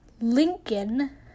Lincoln